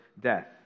death